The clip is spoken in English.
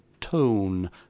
tone